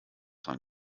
dran